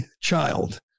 child